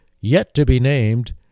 yet-to-be-named